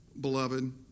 beloved